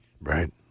Right